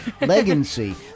Legacy